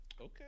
Okay